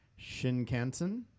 Shinkansen